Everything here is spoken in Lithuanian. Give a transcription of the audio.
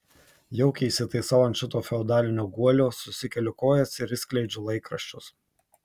jaukiai įsitaisau ant šito feodalinio guolio susikeliu kojas ir išskleidžiu laikraščius